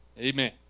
Amen